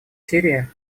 сирии